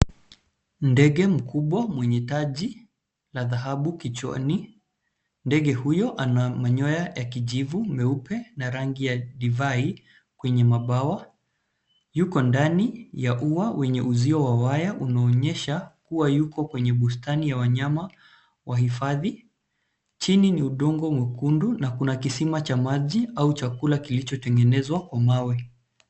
Ndege mkubwa mwenye taji la dhahabu kichwani. Ndege huyo ana manyoya ya kijivu, meupe na rangi ya divai kwenye mabawa. Yuko ndani ya ua wenye uzio wa waya, unaonyesha kuwa yuko kwenye bustani ya wanyama wahifadhi. Chini ni udongo mwekundu na kuna kisima cha maji au chakula kilichotengenezwa kwa mawe.